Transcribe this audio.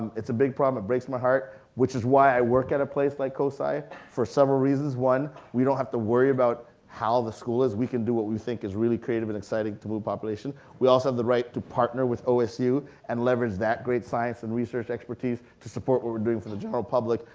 it's a big problem. it breaks my heart, which is why, i work at a place like cosi for several reasons one, we don't have to worry about how the school is, we can do what we really think is creative, and exciting to move population. we also have the right to partner with osu and leverage that great science and research expertise to support what we're doing for the general public.